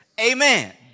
Amen